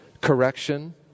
correction